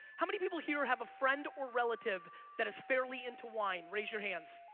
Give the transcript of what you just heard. how many people here have a friend or relative that is fairly into wine? raise your hands.